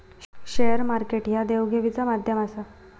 share market ह्या देवघेवीचा माध्यम आसा